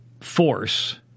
force